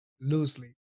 loosely